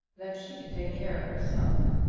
that she can take care of herself.